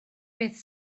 beth